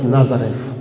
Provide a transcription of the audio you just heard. Nazareth